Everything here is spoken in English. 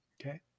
okay